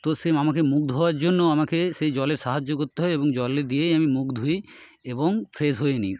তো সে আমাকে মুখ ধোয়ার জন্য আমাকে সেই জলের সাহায্যে করতে হয় এবং জল দিয়েই আমি মুখ ধুই এবং ফ্রেশ হয়ে নিই